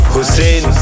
Hussein